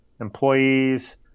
employees